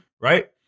Right